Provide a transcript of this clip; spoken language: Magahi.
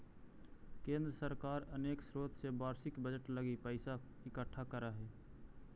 केंद्र सरकार अनेक स्रोत से वार्षिक बजट लगी पैसा इकट्ठा करऽ हई